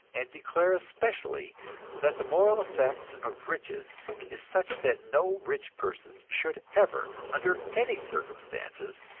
and declare especially that the moral effect of riches is such that no rich person should ever, under any circumstances,